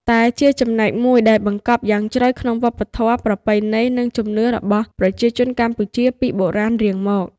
តែជាចំណែកមួយដែលបង្កប់យ៉ាងជ្រៅក្នុងវប្បធម៌ ប្រពៃណី និងជំនឿរបស់ប្រជាជនកម្ពុជាពីបុរាណរៀងមក។